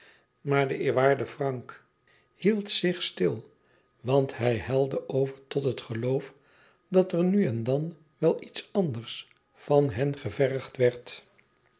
maar de eerwaarde frank hield zich stil want hij helde over tot het geloof dat er nu en dan wel iets anders van hen gevergd werd